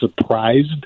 surprised